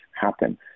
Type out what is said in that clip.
happen